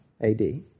AD